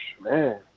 man